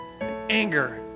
anger